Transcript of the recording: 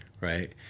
right